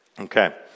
Okay